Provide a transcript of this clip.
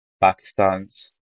Pakistan's